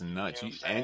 nuts